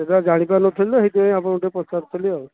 ସେଇଟା ଜାଣି ପାରୁନଥିଲି ତ ସେଇଥିପାଇଁ ଆପଣଙ୍କୁ ଟିକେ ପଚାରୁଥିଲି ଆଉ